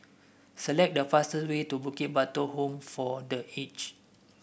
select the fastest way to Bukit Batok Home for The Aged